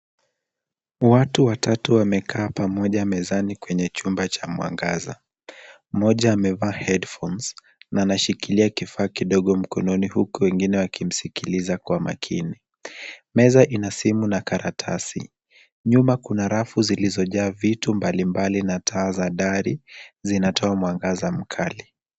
Watu watatu wamekaa pamoja mezani kwenye chumba cha mwangaza. Mmoja amevaa headphones na anashikilia kifaa kidogo mkononi huku wengine wakimsikiliza kwa makini. Meza ina simu na karatasi. Nyuma kuna rafu zilizojaa vitu mbalimbali na taa za dari zinatoa mwangaza mkali.